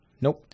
Nope